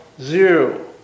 zero